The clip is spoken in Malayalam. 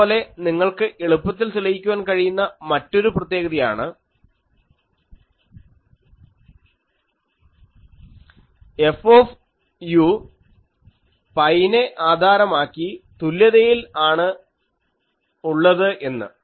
അതുപോലെ നിങ്ങൾക്ക് എളുപ്പത്തിൽ തെളിയിക്കുവാൻ കഴിയുന്ന മറ്റൊരു പ്രത്യേകതയാണ് F പൈനെ ആധാരമാക്കി തുല്യതയിൽ ആണ് ഉള്ളത് എന്ന്